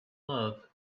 love